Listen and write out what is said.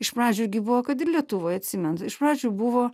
iš pradžių gi buvo kad ir lietuvoj atsimenat iš pradžių buvo